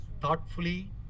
thoughtfully